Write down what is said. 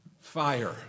fire